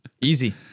Easy